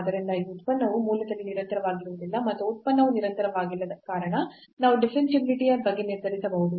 ಆದ್ದರಿಂದ ಈ ಉತ್ಪನ್ನವು ಮೂಲದಲ್ಲಿ ನಿರಂತರವಾಗಿರುವುದಿಲ್ಲ ಮತ್ತು ಉತ್ಪನ್ನವು ನಿರಂತರವಾಗಿಲ್ಲದ ಕಾರಣ ನಾವು ಡಿಫರೆನ್ಷಿಯಾಬಿಲಿಟಿ ಯ ಬಗ್ಗೆ ನಿರ್ಧರಿಸಬಹುದು